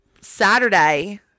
saturday